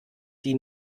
die